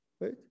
right